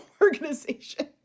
organization